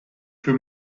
für